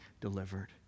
delivered